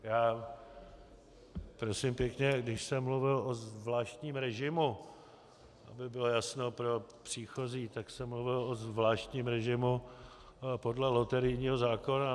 Já prosím pěkně, když jsem mluvil o zvláštním režimu, aby bylo jasno pro příchozí, tak jsem mluvil o zvláštním režimu podle loterijního zákona.